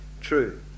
True